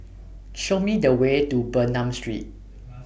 Show Me The Way to Bernam Street